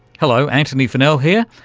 hello, antony funnell here.